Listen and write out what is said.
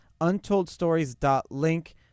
untoldstories.link